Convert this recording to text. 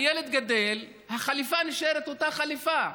הילד גדל, החליפה נשארת אותה חליפה,